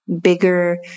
bigger